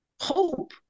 hope